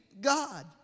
God